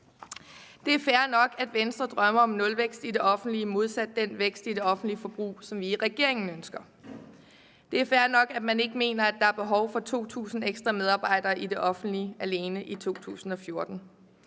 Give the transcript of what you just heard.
Det er fair nok, at Venstre drømmer om nulvækst i det offentlige i modsætning til den vækst i det offentlige forbrug, som vi i regeringen ønsker. Det er fair nok, at man ikke mener, at der er behov for 2.000 ekstra medarbejdere i det offentlige alene i 2014.